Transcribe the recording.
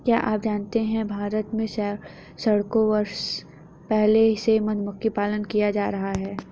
क्या आप जानते है भारत में सैकड़ों वर्ष पहले से मधुमक्खी पालन किया जाता रहा है?